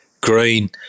green